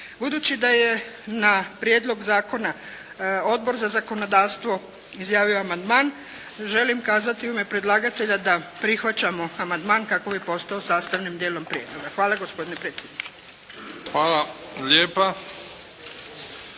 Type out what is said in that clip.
Budući da je na prijedlog zakona Odbor za zakonodavstvo izjavio amandman, želim kazati u ime predlagatelja da prihvaćamo amandman kako bi postao sastavnim dijelom prijedloga. Hvala gospodine predsjedniče. **Bebić,